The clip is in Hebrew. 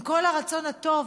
עם כל הרצון הטוב,